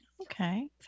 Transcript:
okay